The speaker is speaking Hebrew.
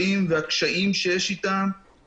אנחנו מדברים על נזקים כלכליים שעשויים להיגרם למדינת ישראל.